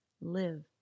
Live